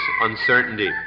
uncertainty